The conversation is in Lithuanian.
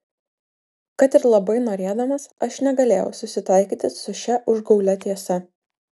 kad ir labai norėdamas aš negalėjau susitaikyti su šia užgaulia tiesa